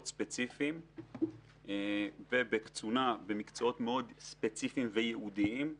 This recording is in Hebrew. ספציפיים ובקצונה במקצועות ספציפיים מאוד וייעודיים.